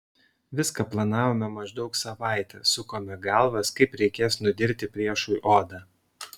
viską planavome maždaug savaitę sukome galvas kaip reikės nudirti priešui odą